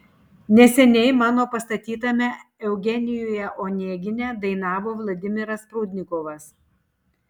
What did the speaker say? neseniai mano pastatytame eugenijuje onegine dainavo vladimiras prudnikovas